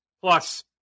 plus